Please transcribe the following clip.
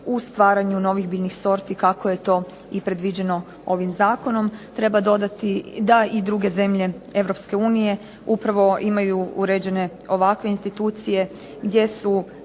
u stvaranju novih biljnih sorti kako je to i predviđeno ovim zakonom. Treba dodati da i druge zemlje EU upravo imaju uređene ovakve institucije gdje su